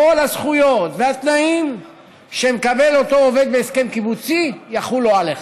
כל הזכויות והתנאים שמקבל אותו עובד בהסכם קיבוצי יחולו עליך.